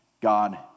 God